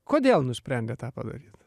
kodėl nusprendėt tą padaryt